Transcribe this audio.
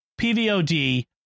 PVOD